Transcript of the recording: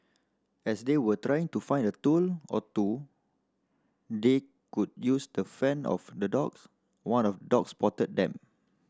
as they were trying to find a tool or two they could use to fend off the dogs one of dogs spotted them